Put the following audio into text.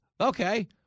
Okay